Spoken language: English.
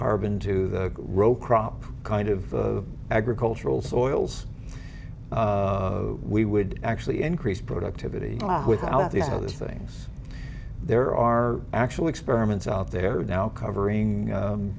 carbon to the row crop kind of agricultural soils we would actually increase productivity without the other things there are actual experiments out there now covering